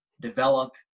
develop